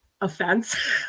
offense